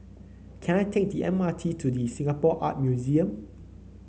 can I take the M R T to Singapore Art Museum